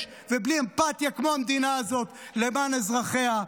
ובלי אמפתיה כמו המדינה הזאת למען אזרחיה,